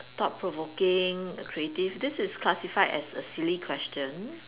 thought provoking creative this is classified as a silly question